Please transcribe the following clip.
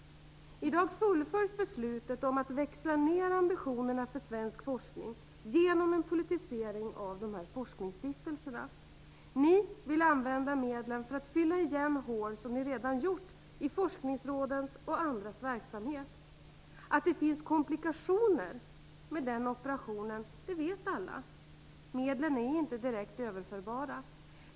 I dag fullföljs beslutet att växla ned ambitionerna för svensk forskning genom en politisering av dessa forskningsstiftelser. Socialdemokraterna vill använda medlen till att fylla igen hål som de redan gjort i forskningsrådens och andras verksamhet. Att det finns komplikationer med den operationen vet alla. Medlen är inte direkt överförbara.